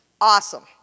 Awesome